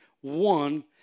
One